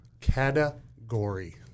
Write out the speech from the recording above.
Category